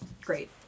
Great